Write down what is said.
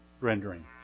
rendering